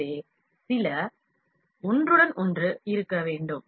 எனவே சில ஒன்றுடன் ஒன்று இருக்க வேண்டும்